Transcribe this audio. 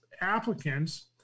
applicants